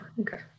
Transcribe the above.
Okay